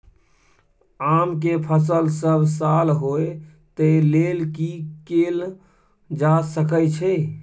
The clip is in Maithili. आम के फसल सब साल होय तै लेल की कैल जा सकै छै?